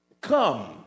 come